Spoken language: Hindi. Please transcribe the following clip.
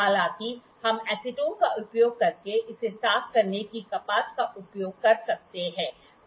हालाँकि हम एसीटोन का उपयोग करके इसे साफ करने के लिए कपास का उपयोग कर सकते हैं